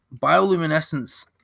bioluminescence